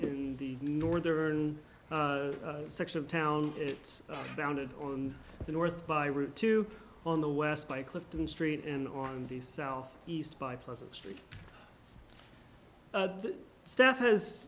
is the northern section of town it's founded on the north by route two on the west by clifton st and on the south east by pleasant street staff has